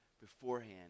beforehand